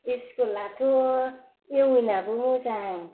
स्कुलाथ' इउएन आबो मोजां